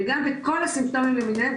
וגם בכל הסימפטומים למיניהם ,